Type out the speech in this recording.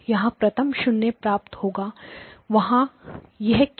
जहां प्रथम 0 प्राप्त होगा वहां यह क्या होगा